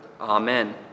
Amen